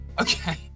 Okay